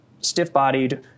stiff-bodied